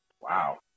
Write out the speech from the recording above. Wow